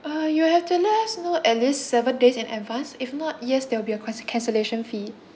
uh you have to let us know at least seven days in advance if not yes there will be a con~ cancellation fee